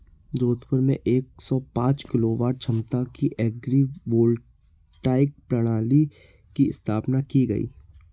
जोधपुर में एक सौ पांच किलोवाट क्षमता की एग्री वोल्टाइक प्रणाली की स्थापना की गयी